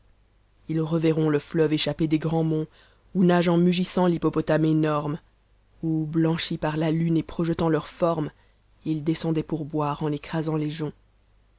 ils reverront le fleuve échappé des grands monts où nage en mugissant l'hippopotame énorme où blanchis par la lune et projetant leur forme ils descendaient pour boire en écrasant les joncs